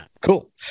Cool